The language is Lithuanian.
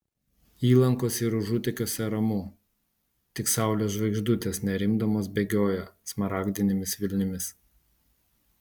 įlankose ir užutekiuose ramu tik saulės žvaigždutės nerimdamos bėgioja smaragdinėmis vilnimis